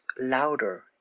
louder